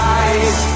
eyes